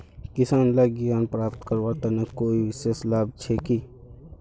किसान लाक ऋण प्राप्त करवार तने कोई विशेष लाभ छे कि?